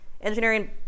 Engineering